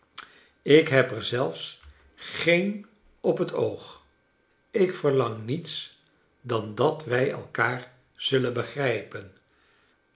ik heb er zelfs geen op het oog ik veriang niets dan dat wt elkaar zullen begrijpen